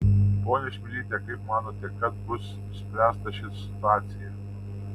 ponia čmilyte kaip manote kad bus išspręsta ši situacija